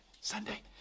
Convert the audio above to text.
Sunday